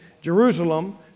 Jerusalem